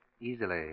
Easily